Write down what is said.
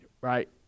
right